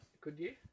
Goodyear